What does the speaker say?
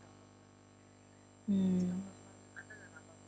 mm